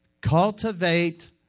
Cultivate